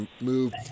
move